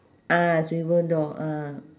ah swivel door ah